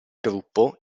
gruppo